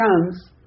comes